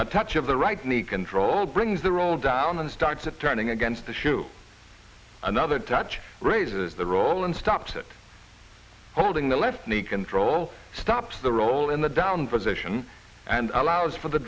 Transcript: a touch of the right knee control brings the roll down and starts of turning against the shoe another touch raises the roll and stopped that holding the left knee control stops the role in the down version and allows for the